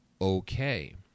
okay